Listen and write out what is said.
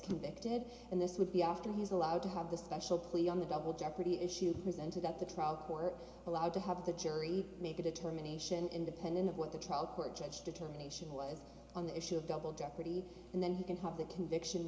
convicted and this would be after he is allowed to have the special plea on the double jeopardy issue presented at the trial court allowed to have the jury make a determination independent of what the trial court judge determination was on the issue of double jeopardy and then he can have that conviction